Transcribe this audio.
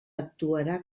actuarà